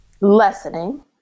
lessening